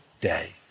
day